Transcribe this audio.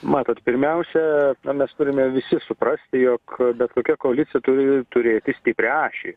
matot pirmiausia na mes turime visi suprasti jog bet kokia koalicija turi turėti stiprią ašį